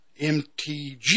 MTG